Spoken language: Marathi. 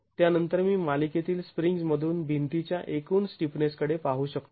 त्यानंतर मी मालिकेतील स्प्रिंग्ज् म्हणून भिंती च्या एकूण स्टिफनेस कडे पाहू शकतो